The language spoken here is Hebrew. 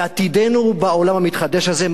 ועתידנו בעולם המתחדש הזה,